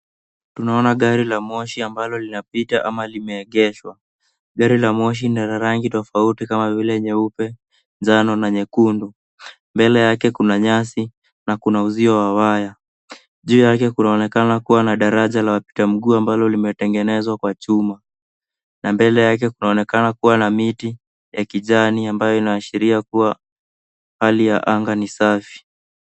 Tunaona gari la moshi ambalo lina pita au limeegeshwa. Gari la moshi ni la rangi tofauti kama vile nyeupe, njano na nyekundu. Mbele yake kuna nyasi, na kuna uzio wa waya. Juu yake kunaonekana kuwa na daraja la wapita mguu ambalo limetengenezwa kwa chuma na mbele yake kunaonekana kuwa na miti ya kijani ambayo inaashiria kuwa hali ya anga ni safi.